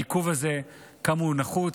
העיכוב הזה, כמה הוא נחוץ?